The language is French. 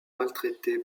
maltraité